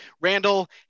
Randall